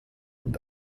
und